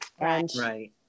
Right